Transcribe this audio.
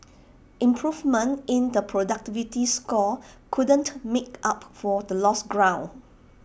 improvement in the productivity score couldn't make up for the lost ground